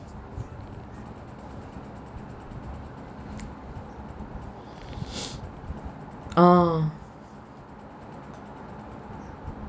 oo